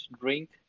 drink